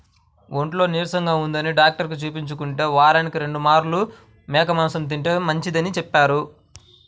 ఒంట్లో నీరసంగా ఉంటందని డాక్టరుకి చూపించుకుంటే, వారానికి రెండు మార్లు మేక మాంసం తింటే మంచిదని చెప్పారు